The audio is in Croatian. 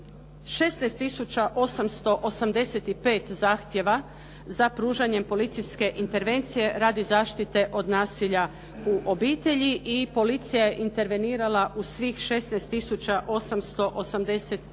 885 zahtjeva za pružanjem policijske intervencije radi zaštite od nasilja u obitelji i policija je intervenirala u svih 16